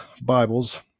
Bibles